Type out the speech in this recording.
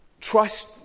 Trust